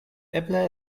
eble